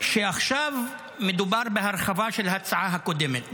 ועכשיו מדובר בהרחבה של ההצעה הקודמת.